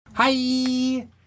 Hi